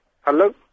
Hello